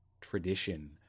tradition